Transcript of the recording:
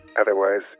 Otherwise